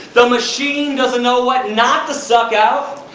the machine doesn't know what not to suck out!